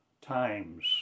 times